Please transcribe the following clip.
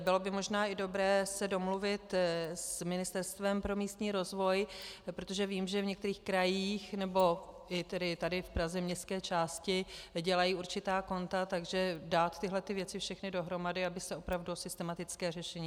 Bylo by možná i dobré se domluvit s Ministerstvem pro místní rozvoj, protože vím, že v některých krajích nebo i tady v Praze městské části dělají určitá konta, takže dát tyhle věci všechny dohromady, aby se opravdu jednalo o systematické řešení